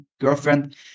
girlfriend